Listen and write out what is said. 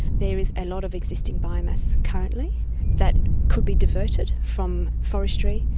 there is a lot of existing biomass currently that could be diverted from forestry,